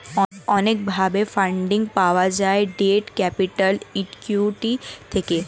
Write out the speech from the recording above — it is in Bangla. অনেক ভাবে ফান্ডিং পাওয়া যায় ডেট ক্যাপিটাল, ইক্যুইটি থেকে